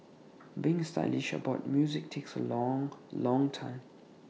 being stylish about music takes A long long time